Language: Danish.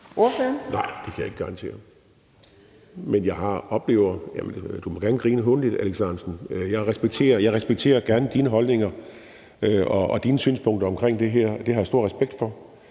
Nej, det kan jeg ikke garantere. Jamen du må gerne grine hånligt, Alex Ahrendtsen. Jeg respekterer gerne dine holdninger og dine synspunkter omkring det her. Dem har jeg stor respekt for.